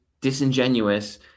disingenuous